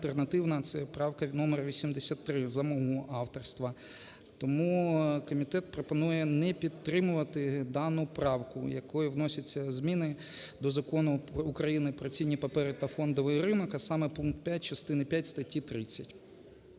це правка номер 83, за мого авторства. Тому комітет пропонує не підтримувати дану правку, якою вносяться зміни до Закону України "Про цінні папери та фондовий ринок", а саме, пункт 5 частини п'ять статті 30.